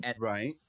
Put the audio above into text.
Right